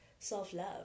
self-love